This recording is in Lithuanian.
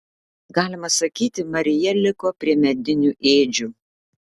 galima sakyti marija liko prie medinių ėdžių